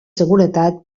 seguretat